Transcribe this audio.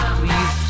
please